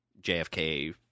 JFK